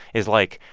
is like,